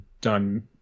done